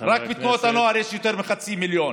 רק בתנועות הנוער יש יותר מחצי מיליון.